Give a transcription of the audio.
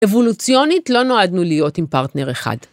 אבולוציונית לא נועדנו להיות עם פרטנר אחד.